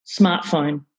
Smartphone